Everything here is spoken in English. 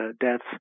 deaths